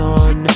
on